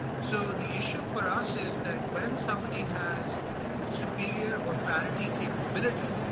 so the issue for us is that when somebody has superior or parity capability,